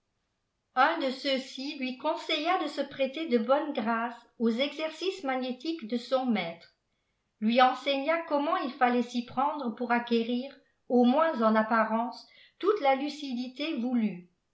un de ceux-ci lui conseilla de se pfêter de boime grâce aux exercices magnétiques de son tnattr lui enseigna comment il fallait s'y prendre pour acquérir au mpias cp apgafenc tte la lucidité voulue